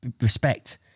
respect